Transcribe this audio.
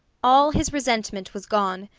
all his resentment was gone.